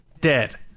Dead